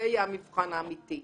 זה יהיה המבחן האמיתי.